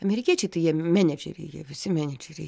amerikiečiai tai jie menedžeriai jie visi menedžeriai